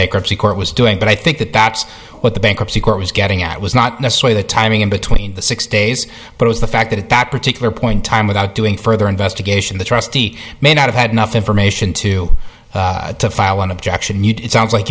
baker court was doing but i think that that's what the bankruptcy court was getting at was not necessary the timing in between the six days but was the fact that at that particular point time without doing further investigation the trustee may not have had enough information to file an objection it sounds like